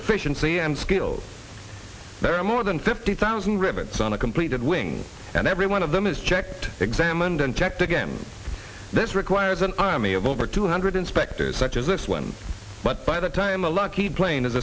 sea and skills there are more than fifty thousand rivets on a completed wing and every one of them is checked examined and checked again this requires an army of over two hundred inspectors such as this one but by the time a lucky plane is